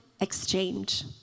exchange